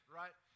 right